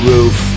Roof